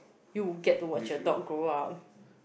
you get to watch your dog grow up